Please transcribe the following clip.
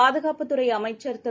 பாதுகாப்புத் துறைஅமைச்சர் திரு